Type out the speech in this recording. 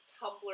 Tumblr